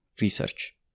research